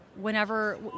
whenever